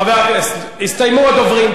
חבר הכנסת, הסתיימו הדוברים.